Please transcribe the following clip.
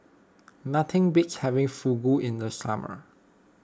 nothing beats having Fugu in the summer